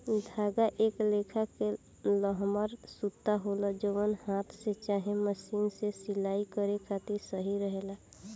धागा एक लेखा के लमहर सूता होला जवन हाथ से चाहे मशीन से सिलाई करे खातिर सही रहेला